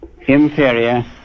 inferior